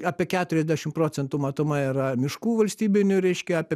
apie keturiasdešimt procentų matomai yra miškų valstybinių reiškia apie